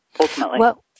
ultimately